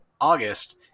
August